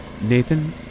Nathan